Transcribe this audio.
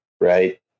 Right